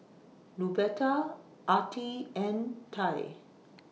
Luberta Attie and Ty